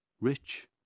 rich